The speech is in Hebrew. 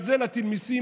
על זה להטיל מיסים?